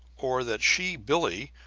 or that she, billie,